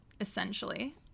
essentially